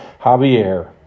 Javier